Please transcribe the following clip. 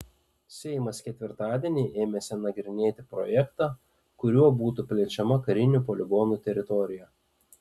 seimas ketvirtadieni ėmėsi nagrinėti projektą kuriuo būtų plečiama karinių poligonų teritorija